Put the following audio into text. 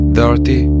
dirty